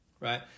right